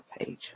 page